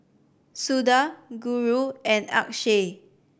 Suda Guru and Akshay